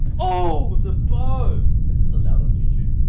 ohhh! with the bow! is this allowed on youtube?